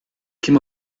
kim